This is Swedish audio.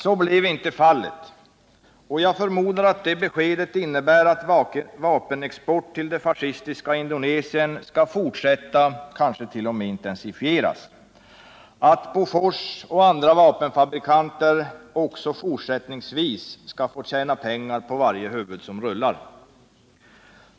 Så blev icke fallet, och jag förmodar att det beskedet innebär att vapenexport till det fascistiska Indonesien skall fortsätta, kanske t.o.m. intensifieras, liksom att Bofors och andra vapenfabrikanter även fortsättningsvis skall få tjäna pengar på varje huvud som rullar.